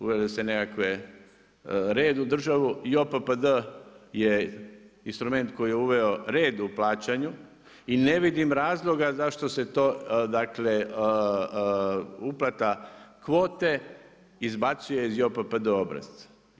Uveo se neki red u državo i JOPPD je instrument koji je uveo redu u plaćanju i ne vidim razloga zašto se to, dakle, uplata kvote izbacuje iz JOPPD obrazaca.